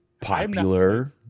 popular